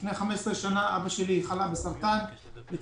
לפני 15 שנה אבא שלי חלה בסרטן והיה